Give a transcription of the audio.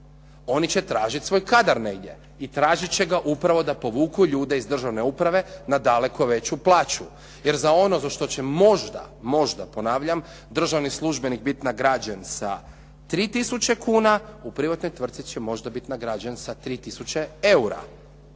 Oni će tražiti svoj kadar negdje i tražiti će ga upravo da povuku ljude iz državne uprave na daleko veću plaću jer za ono za što će možda, možda ponavljam, državni službenik biti nagrađen sa 3000 kuna, u privatnoj tvrtci će možda biti nagrađen sa 3000 eura.